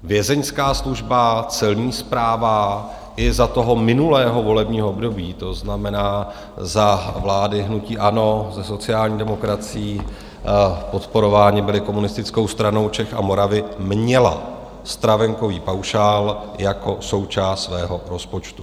Vězeňská služba, celní správa i za toho minulého volebního období to znamená za vlády hnutí ANO se sociální demokracií, podporováni byli Komunistickou stranou Čech a Moravy měla stravenkový paušál jako součást svého rozpočtu.